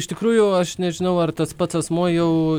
iš tikrųjų aš nežinau ar tas pats asmuo jau